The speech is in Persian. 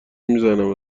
میزنم